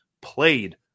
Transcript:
played